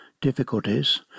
difficulties